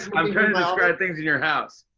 i'm trying to describe things in your house.